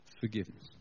Forgiveness